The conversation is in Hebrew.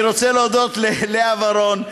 אני רוצה להודות ללאה ורון,